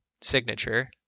signature